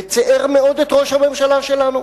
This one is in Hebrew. וציער מאוד את ראש הממשלה שלנו,